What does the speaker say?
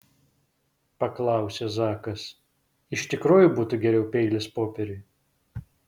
paklausė zakas iš tikrųjų būtų geriau peilis popieriui